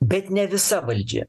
bet ne visa valdžia